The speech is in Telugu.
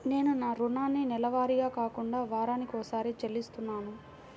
నేను నా రుణాన్ని నెలవారీగా కాకుండా వారానికోసారి చెల్లిస్తున్నాను